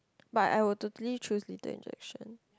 but I would totally choose lethal injection